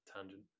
tangent